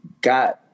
got